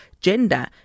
gender